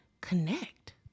connect